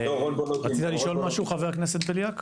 רצית לשאול משהו חבר הכנסת בליאק?